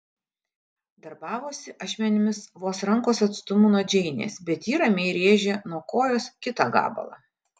darbavosi ašmenimis vos rankos atstumu nuo džeinės bet ji ramiai rėžė nuo kojos kitą gabalą